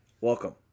Welcome